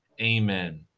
Amen